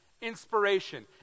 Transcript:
Inspiration